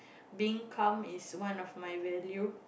being calm is one of my value